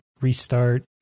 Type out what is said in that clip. restart